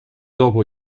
dopo